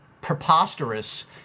preposterous